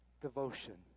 devotion